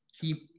keep